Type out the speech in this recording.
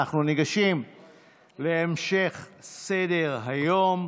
אנחנו ניגשים להמשך סדר-היום,